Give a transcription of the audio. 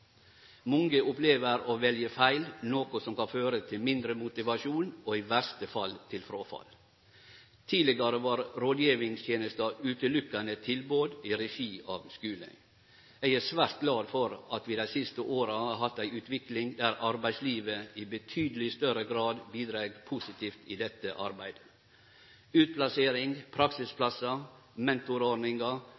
Mange opplever å velje feil, noko som kan føre til mindre motivasjon og i verste fall til fråfall. Tidlegare var rådgjevingstenesta utelukkande eit tilbod i regi av skulen. Eg er svært glad for at vi i dei siste åra har hatt ei utvikling der arbeidslivet i betydeleg større grad bidreg positivt i dette arbeidet. Utplassering,